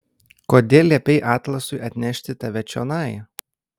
kodėl liepei atlasui atnešti tave čionai